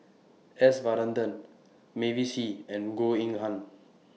S Varathan Mavis Hee and Goh Eng Han